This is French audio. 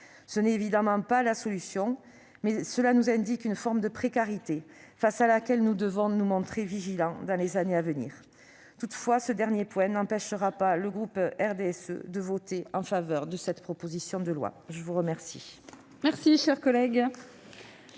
Ce n'est évidemment pas la solution, mais cela nous alerte sur une forme de précarité face à laquelle nous devrons nous montrer vigilants dans les années à venir. Ce dernier point n'empêchera toutefois pas le groupe du RDSE de voter en faveur de cette proposition de loi. La parole